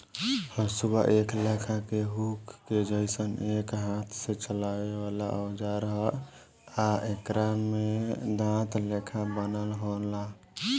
हसुआ एक लेखा के हुक के जइसन एक हाथ से चलावे वाला औजार ह आ एकरा में दांत लेखा बनल होला